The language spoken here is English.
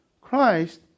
Christ